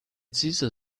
cesar